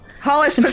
Hollis